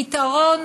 פתרון